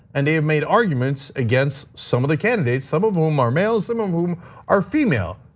and they have made arguments against some of the candidates, some of whom are males, some of whom are female,